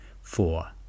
Four